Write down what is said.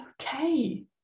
okay